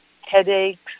headaches